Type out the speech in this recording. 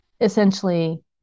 essentially